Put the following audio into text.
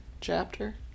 chapter